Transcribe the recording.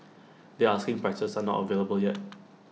their asking prices are not available yet